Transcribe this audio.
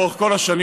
לאורך כל השנים,